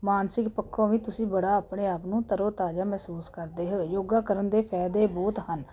ਮਾਨਸਿਕ ਪੱਖੋਂ ਵੀ ਤੁਸੀਂ ਬੜਾ ਆਪਣੇ ਆਪ ਨੂੰ ਤਰੋ ਤਾਜ਼ਾ ਮਹਿਸੂਸ ਕਰਦੇ ਹੋ ਯੋਗਾ ਕਰਨ ਦੇ ਫਾਇਦੇ ਬਹੁਤ ਹਨ